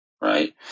right